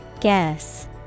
Guess